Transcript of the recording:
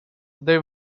they